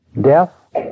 Death